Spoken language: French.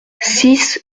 six